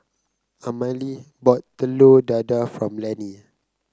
Amalie bought Telur Dadah for Lanny